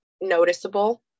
noticeable